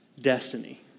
Destiny